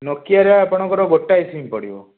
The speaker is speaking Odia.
ନୋକିଆରେ ଆପଣଙ୍କର ଗୋଟାଏ ସିମ୍ ପଡ଼ିବ